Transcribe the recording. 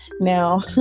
Now